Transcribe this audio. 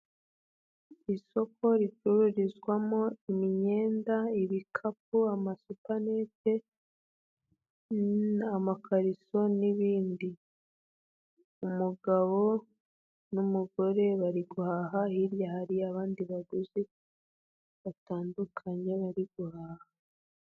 Isoko ricururizwamo imyenda, ibikapu, amasupanete, amakariso n'ibindi, umugabo n'umugore bari guhaha hirya hari abandi baguzi batandukanye barihanga.